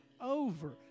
over